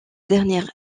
dernière